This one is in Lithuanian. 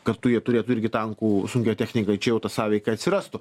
kartu jie turėtų irgi tankų sunkiąją techniką čia jau ta sąveika atsirastų